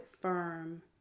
firm